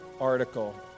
article